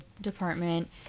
department